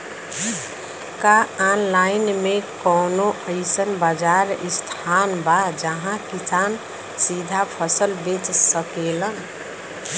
का आनलाइन मे कौनो अइसन बाजार स्थान बा जहाँ किसान सीधा फसल बेच सकेलन?